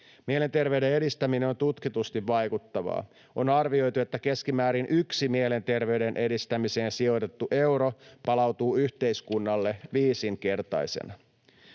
Mielenterveyden edistäminen on tutkitusti vaikuttavaa. On arvioitu, että keskimäärin yksi mielenterveyden edistämiseen sijoitettu euro palautuu yhteiskunnalle viisinkertaisena.